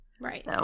Right